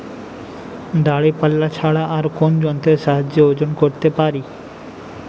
দাঁড়িপাল্লা ছাড়া আর কোন যন্ত্রের সাহায্যে ওজন করতে পারি?